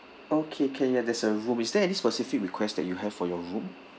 okay can ya there's a room is there any specific request that you have for your room